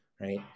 right